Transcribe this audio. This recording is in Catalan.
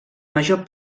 major